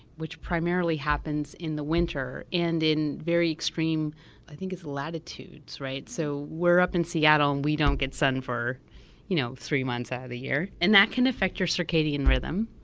which primarily happens in the winter and in very extreme i think it's latitudes, right? so we're up in seattle and we don't get sun for you know three months at a year, and that can affect your circadian rhythm,